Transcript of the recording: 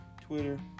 twitter